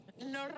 lo